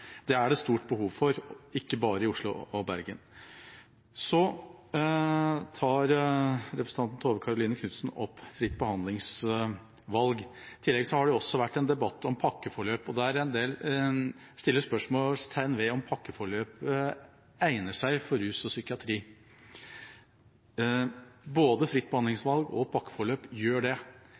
på. Det er stort behov for det, og ikke bare i Oslo og Bergen. Så tar representanten Tove Karoline Knutsen opp fritt behandlingsvalg. I tillegg har det vært en debatt om pakkeforløp, der en del setter spørsmålstegn ved om pakkeforløp egner seg for rus og psykiatri. Både fritt behandlingsvalg og pakkeforløp gjør det.